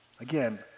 Again